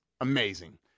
amazing